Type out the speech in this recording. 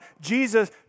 Jesus